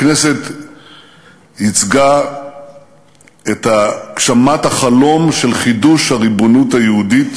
הכנסת ייצגה את הגשמת החלום של חידוש הריבונות היהודית